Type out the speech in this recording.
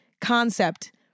concept